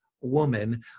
woman